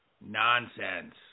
Nonsense